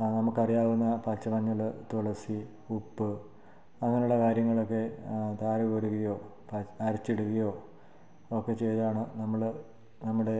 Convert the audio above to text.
ആ നമുക്ക് അറിയാവുന്ന പച്ചമഞ്ഞൾ തുളസി ഉപ്പ് അങ്ങനെയുള്ള കാര്യങ്ങളൊക്കെ ആ ധാര കോരുകയോ അരച്ചിടുകയോ ഒക്കെ ചെയ്താണ് നമ്മൾ നമ്മുടെ